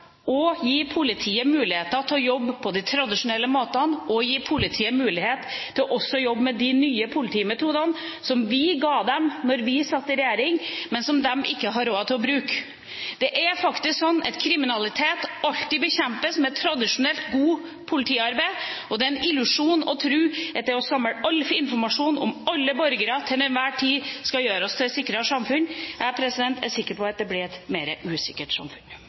og gi politiet mulighet til å jobbe på de tradisjonelle måtene, gi politiet mulighet til også å jobbe med de nye politimetodene som vi ga dem da vi satt i regjering, men som de ikke har råd til å bruke. Det er faktisk sånn at kriminalitet alltid bekjempes med tradisjonelt, godt politiarbeid, og det er en illusjon å tro at det å samle all informasjon om alle borgere til enhver tid skal gjøre oss til et sikrere samfunn. Jeg er sikker på at det blir et mer usikkert samfunn.